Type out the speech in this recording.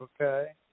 Okay